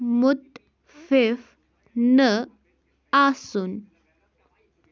مُتفِف نہٕ آسُن